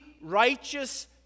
righteous